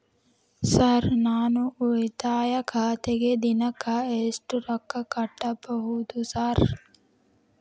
Sir ನಾನು ಉಳಿತಾಯ ಖಾತೆಗೆ ದಿನಕ್ಕ ಎಷ್ಟು ರೊಕ್ಕಾ ಕಟ್ಟುಬಹುದು ಸರ್?